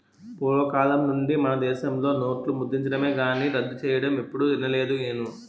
పూర్వకాలం నుండి మనదేశంలో నోట్లు ముద్రించడమే కానీ రద్దు సెయ్యడం ఎప్పుడూ ఇనలేదు నేను